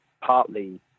partly